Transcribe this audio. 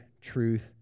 truth